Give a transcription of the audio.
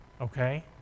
Okay